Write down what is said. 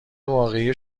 واقعی